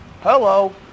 Hello